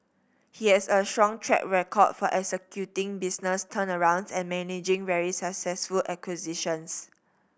he has a strong track record of executing business turnarounds and managing very successful acquisitions